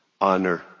honor